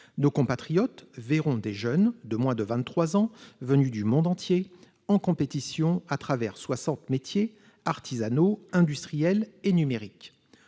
Nos compatriotes verront des jeunes de moins de 23 ans, venus du monde entier, en compétition dans soixante métiers artisanaux, industriels et numériques.